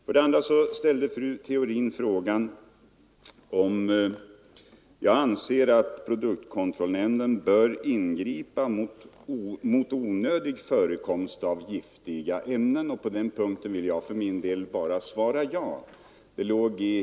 Vidare frågade fru Theorin om jag anser att produktkontrollnämnden bör ingripa mot onödig förekomst av giftiga ämnen, och på den frågan vill jag svara ett klart ja.